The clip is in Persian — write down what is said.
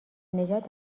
نژاد